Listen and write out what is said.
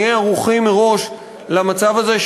נהיה ערוכים מראש למצב הזה,